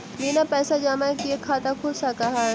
बिना पैसा जमा किए खाता खुल सक है?